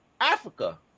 Africa